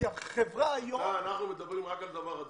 הם עדיין עובדים כי החברה היום --- אנחנו מדברים רק על דבר אחד,